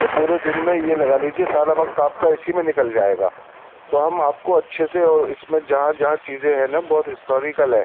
تو پورے دن میں یہ لگا لیجیے سارا وقت آپ کا اسی میں نکل جائے گا تو ہم آپ کو اچھے سے اور اس میں جہاں جہاں چیزیں ہیں نا بہت ہسٹور کل ہے